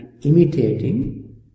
imitating